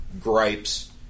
gripes